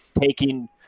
taking